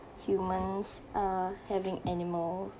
humans err having animal